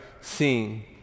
seeing